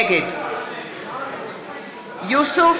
נגד יוסף